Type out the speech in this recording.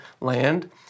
land